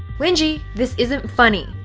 wengie this isn't funny.